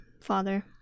father